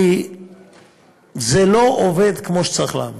כי זה לא עובד כמו שזה צריך לעבוד.